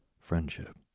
friendship